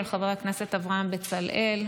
של חבר הכנסת אברהם בצלאל.